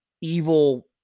evil